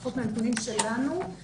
לפחות מהנתונים שלנו,